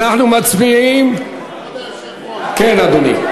אנחנו מצביעים, כן, אדוני.